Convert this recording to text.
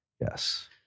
Yes